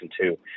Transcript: two